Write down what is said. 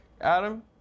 Adam